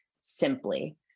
simply